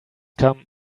come